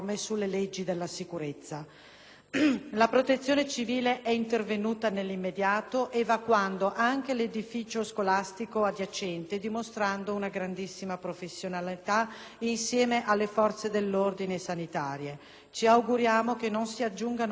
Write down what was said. La Protezione civile è intervenuta nell'immediato evacuando anche l'edificio scolastico adiacente, dimostrando un grandissima professionalità, insieme alle autorità sanitarie. Ci auguriamo che non si aggiungano altri feriti nella prossima ora.